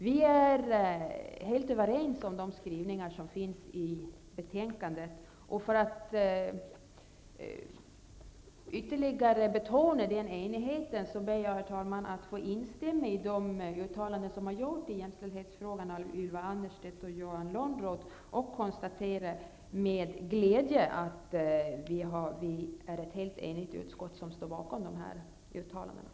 Vi är helt överens om de skrivningar som finns i betänkandet, och för att ytterligare betona den enigheten ber jag, herr talman, att få instämma i de uttalanden som gjorts i jämställdhetsfrågan av Ylva Annerstedt och Johan Lönnroth och med glädje konstatera att det är ett helt enigt utskott som står bakom de här uttalandena.